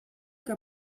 que